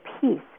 peace